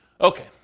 Okay